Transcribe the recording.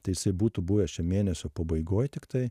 tai jisai būtų buvęs šio mėnesio pabaigoj tiktai